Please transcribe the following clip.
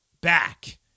back